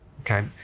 okay